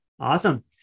Awesome